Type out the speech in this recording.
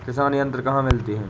किसान यंत्र कहाँ मिलते हैं?